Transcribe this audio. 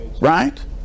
Right